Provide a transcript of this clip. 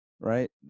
Right